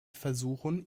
versuchen